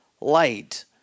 light